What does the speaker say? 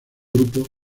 grupo